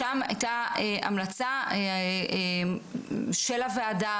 שם הייתה המלצה של הוועדה,